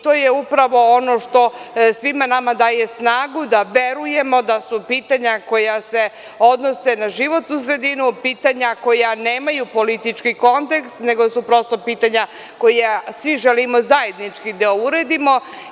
To je upravo ono što svima nama daje snagu da verujemo da su pitanja koja se odnose na životnu sredinu, pitanja koja nemaju politički kontekst, nego su prosto pitanja koja svi želimo zajednički da uredimo.